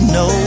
no